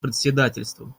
председательством